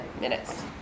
minutes